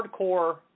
hardcore